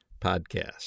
Podcast